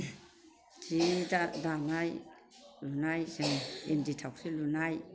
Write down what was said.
सि दानाय लुनाय जों इन्दि थावख्रि लुनाय